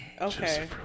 Okay